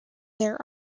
there